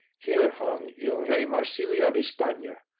here hung il re marsilio di spagna,